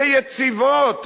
ויציבות,